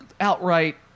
outright